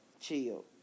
chill